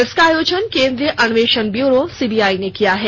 इसका आयोजन केंद्रीय अन्वेषण ब्यूरो सीबीआई ने किया है